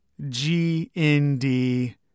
GND